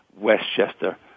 Westchester